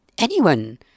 Anyone